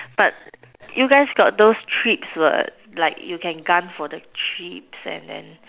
but you guys got those trip what like you can gun for the trips and then